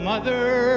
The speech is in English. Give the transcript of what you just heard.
Mother